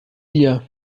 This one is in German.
dir